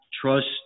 trust